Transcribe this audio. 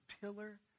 pillar